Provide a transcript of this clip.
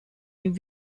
new